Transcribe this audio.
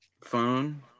phone